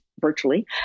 virtually